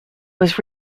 was